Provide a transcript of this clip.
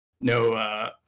no